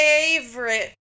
favorite